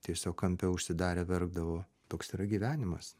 tiesiog kampe užsidarę verkdavo toks yra gyvenimas